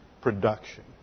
production